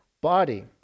body